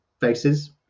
faces